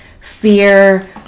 fear